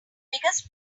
biggest